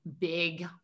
big